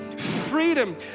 freedom